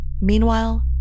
Meanwhile